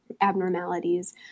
abnormalities